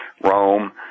Rome